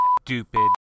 Stupid